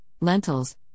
lentils